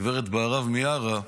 הגברת בהרב מיארה,